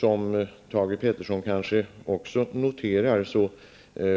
Som Thage Peterson kanske också noterar